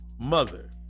mother